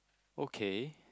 okay